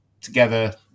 together